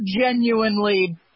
genuinely